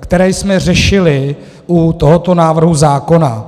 které jsme řešili u tohoto návrhu zákona.